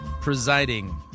presiding